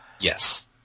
Yes